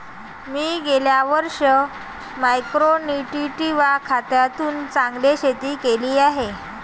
मी गेल्या वर्षी micro nutritive खतातून चांगले शेती केली आहे